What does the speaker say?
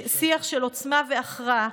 שיח של עוצמה והכרעה,